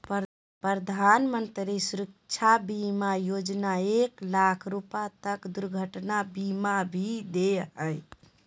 प्रधानमंत्री सुरक्षा बीमा योजना एक लाख रुपा तक के दुर्घटना बीमा भी दे हइ